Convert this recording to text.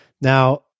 Now